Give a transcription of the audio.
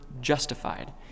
justified